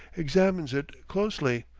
examines it closely,